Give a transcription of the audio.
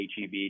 HEB